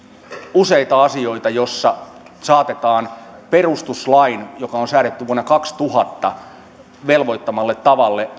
useita asioita joissa suomalainen lainsäädäntö saatetaan perustuslain joka on säädetty vuonna kaksituhatta velvoittamalle tavalle